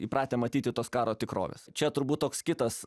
įpratę matyti tos karo tikrovės čia turbūt toks kitas